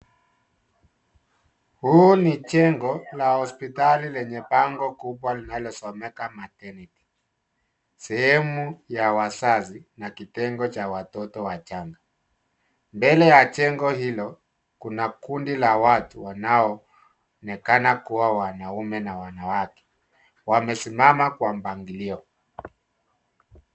Huu ni jengo la hospitali lenye bango kubwa linalosomeka maternity , sehemu ya wazazi na kitengo cha watoto wachanga. Mbele ya jengo hilo, kuna kundi la watu wanaoonekana kuwa wanaume na wanawake, wamesimama kwa mpangilio.